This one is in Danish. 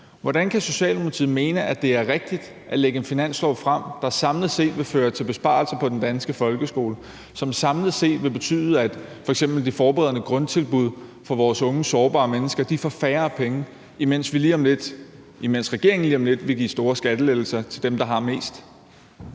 Hvordan kan Socialdemokratiet mene, at det er rigtigt at lægge en finanslov frem, der samlet set vil føre til besparelser på den danske folkeskole, og som samlet set vil betyde, at f.eks. de forberedende grundtilbud for vores unge sårbare mennesker får færre penge, mens regeringen lige om lidt vil give store skattelettelser til dem, der har mest?